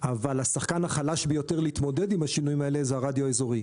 אבל השחקן החלש ביותר להתמודד עם השינויים האלה הוא הרדיו האזורי.